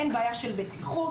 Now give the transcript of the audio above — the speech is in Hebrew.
אין בעיה של בטיחות,